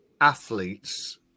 athletes